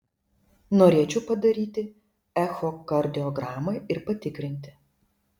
norėčiau padaryti echokardiogramą ir patikrinti